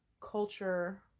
culture